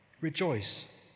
rejoice